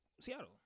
Seattle